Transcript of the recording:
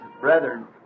brethren